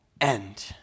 end